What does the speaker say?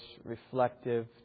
reflective